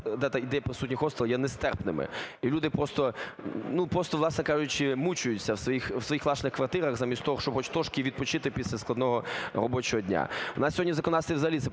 де є по суті хостел, є нестерпними. І люди просто, ну, просто, власне кажучи, мучаться в своїх власних квартирах, замість того щоб хоч трошки відпочити після складного робочого дня. У нас сьогодні в законодавстві взагалі